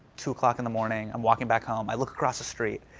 two o'clock in the morning, i'm walking back home. i look across the street.